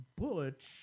Butch